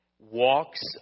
walks